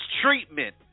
treatment